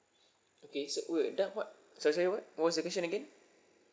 okay so wait dah what sorry sorry what what was the question again